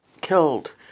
killed